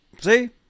see